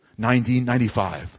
1995